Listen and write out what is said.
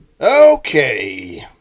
Okay